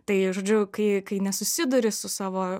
tai žodžiu kai kai nesusiduri su savo